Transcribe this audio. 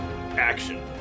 action